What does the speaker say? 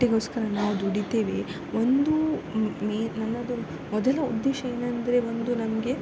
ಹೊಟ್ಟೆಗೋಸ್ಕರ ನಾವು ದುಡಿತೇವೆ ಒಂದು ಮೇ ನನ್ನದು ಮೊದಲ ಉದ್ದೇಶ ಏನೆಂದರೆ ಒಂದು ನನಗೆ